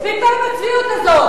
מספיק כבר עם הצביעות הזאת.